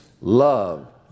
love